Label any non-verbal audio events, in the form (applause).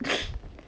(breath)